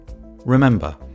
remember